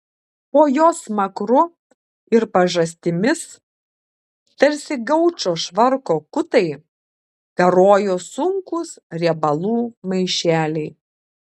po jos smakru ir pažastimis tarsi gaučo švarko kutai karojo sunkūs riebalų maišeliai